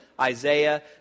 Isaiah